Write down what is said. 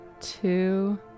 two